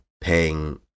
paying